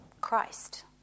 Christ